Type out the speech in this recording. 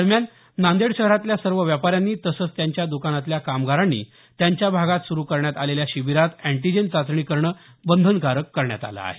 दरम्यान नांदेड शहरातल्या सर्व व्यापाऱ्यांनी तसंच त्यांच्या दुकानातल्या कामगारांनी त्यांच्या भागात सुरु करण्यात आलेल्या शिबिरात अँटिजेन चाचणी करणं बंधनकारक करण्यात आलं आहे